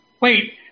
Wait